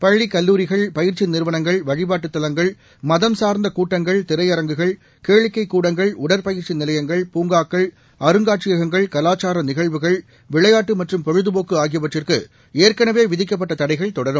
பள்ளி கல்லூரிகள் பயிற்சி நிறுவனங்கள் வழிபாட்டுத் தலங்கள் மதம் சார்ந்த கூட்டங்கள் திரையரங்குகள் கேளிக்கை கூடங்கள் உடற்பயிற்சி நிலையங்கள் பூங்காக்கள் அருங்காட்சியகங்கள் கலாச்சார நிகழ்வுகள் விளையாட்டு மற்றும் பொழுதபோக்கு ஆகியவற்றிற்கு ஏற்கனவே விதிக்கப்பட்டுள்ள தடைகள் தொடரும்